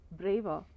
braver